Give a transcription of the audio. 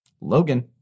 Logan